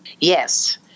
Yes